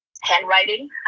handwriting